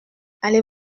allez